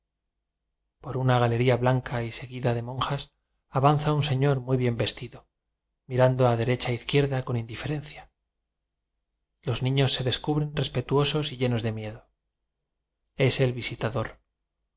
por una galería blanca y seguida de mon jas avanza un señor muy bien vestido mi rando a derecha e izquierda con indiferen cia los niños se descubren respetuosos y llenos de miedo es el